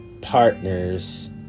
partners